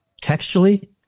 Textually